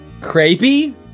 Creepy